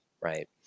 right